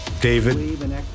David